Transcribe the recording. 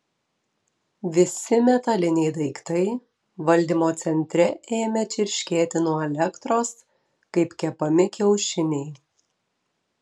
visi metaliniai daiktai valdymo centre ėmė čirškėti nuo elektros kaip kepami kiaušiniai